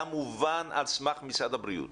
כמובן על סמך משרד הבריאות.